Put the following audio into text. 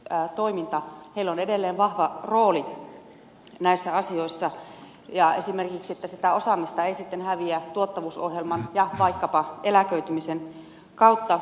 heillä on edelleen vahva rooli näissä asioissa ja esimerkiksi sitä osaamista ei sitten häviä tuottavuusohjelman ja vaikkapa eläköitymisen kautta